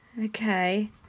Okay